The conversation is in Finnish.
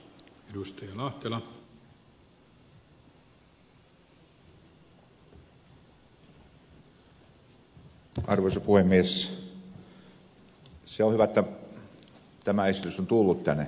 se on hyvä jotta tämä esitys on tullut tänne eduskuntaan